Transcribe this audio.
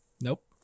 Nope